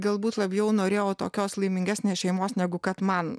galbūt labiau norėjau tokios laimingesnės šeimos negu kad man